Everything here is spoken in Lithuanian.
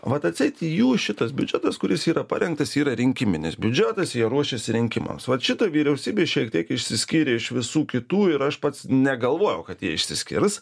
vat atseit jų šitas biudžetas kuris yra parengtas yra rinkiminis biudžetas jie ruošiasi rinkimams vat šitoj vyriausybėj šiek tiek išsiskyrė iš visų kitų ir aš pats negalvojau kad jie išsiskirs